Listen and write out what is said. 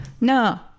No